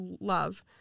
love